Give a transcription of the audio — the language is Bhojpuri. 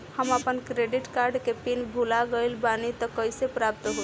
हम आपन क्रेडिट कार्ड के पिन भुला गइल बानी त कइसे प्राप्त होई?